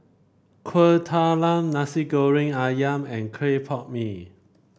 Kuih Talam Nasi Goreng ayam and Clay Pot Mee